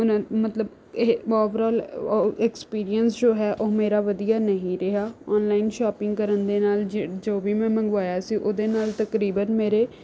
ਉਹਨਾਂ ਮਤਲਬ ਇਹ ਓਵਰਆਲ ਉਹ ਐਕਸਪੀਰੀਅੰਸ ਜੋ ਹੈ ਉਹ ਮੇਰਾ ਵਧੀਆ ਨਹੀਂ ਰਿਹਾ ਔਨਲਾਇਨ ਸ਼ੌਪਿੰਗ ਕਰਨ ਦੇ ਨਾਲ ਜ ਜੋ ਵੀ ਮੈਂ ਮੰਗਵਾਇਆ ਸੀ ਉਹਦੇ ਨਾਲ ਤਕਰੀਬਨ ਮੇਰੇ